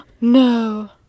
No